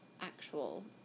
actual